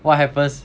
what happens